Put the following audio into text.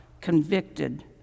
convicted